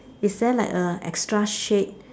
is there like a extra shape